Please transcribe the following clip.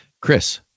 Chris